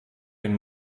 den